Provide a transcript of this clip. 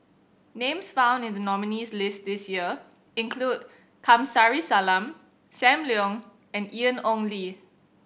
names found in the nominees' list this year include Kamsari Salam Sam Leong and Ian Ong Li